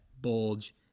bulge